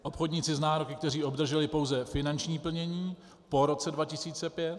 Obchodníci s nároky, kteří obdrželi pouze finanční plnění po roce 2005.